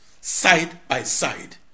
side-by-side